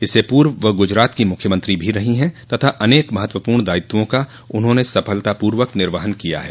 इससे पूर्व वह गुजरात की मुख्यमंत्री भी रही हैं तथा अनेक महत्वपूर्ण दायित्वों का उन्होंने सफलता पूर्वक निर्वहन किया है